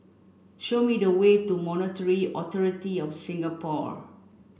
show me the way to Monetary Authority Of Singapore